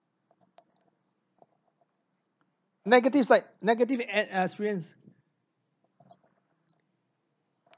negative right negative e~ experience